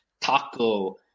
Taco